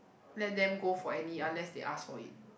let them go for any unless they ask for it